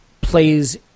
plays